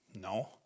No